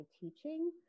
teaching